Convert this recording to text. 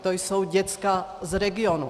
To jsou děcka z regionů.